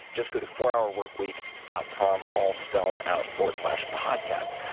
just go to fourhourworkweek dot com, all spelled out, forward slash podcast.